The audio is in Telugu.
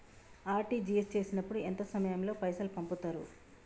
ఆర్.టి.జి.ఎస్ చేసినప్పుడు ఎంత సమయం లో పైసలు పంపుతరు?